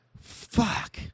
fuck